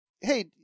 Hey